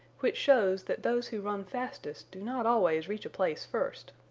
which shows that those who run fastest do not always reach a place first.